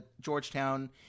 Georgetown